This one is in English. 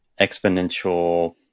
exponential